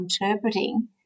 interpreting